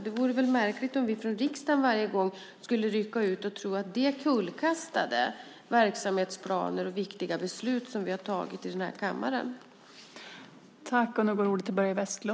Det vore väl märkligt om vi från riksdagen varje gång skulle rycka ut och tro att verksamhetsplaner och viktiga beslut som vi tagit i denna kammare kullkastas.